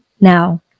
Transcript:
now